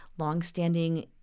Longstanding